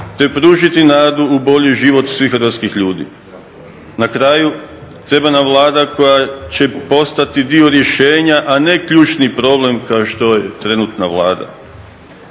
te pružiti nadu u bolji život svih hrvatskih ljudi. Na kraju, treba nam Vlada koja će postati dio rješenja, a ne ključni problem kao što je trenutka Vlada.